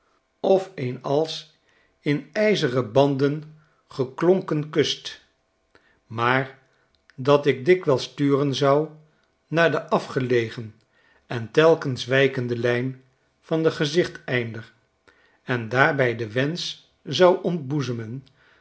of een als in mm schetsen uit amerika ijzeren banden geklonken kust maar dat ik dikwijls turen zou naar de afgelegen en telkens wijkende lijn van den gezichteinder en daarbij den wensch zou ontboezemen